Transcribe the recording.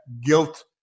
guilt